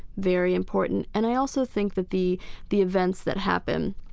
very important. and i also think that the the events that happen,